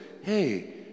hey